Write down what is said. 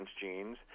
genes